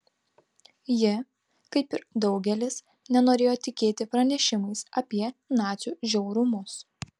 ji kaip ir daugelis nenorėjo tikėti pranešimais apie nacių žiaurumus